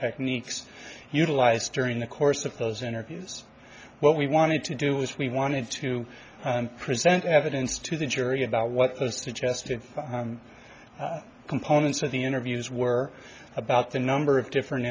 techniques utilized during the course of those interviews what we wanted to do was we wanted to present evidence to the jury about what those two tested components of the interviews were about the number of different